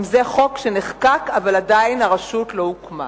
גם זה חוק שנחקק, אבל עדיין הרשות לא הוקמה.